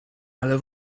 ale